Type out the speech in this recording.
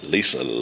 Lisa